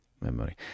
memory